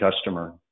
customer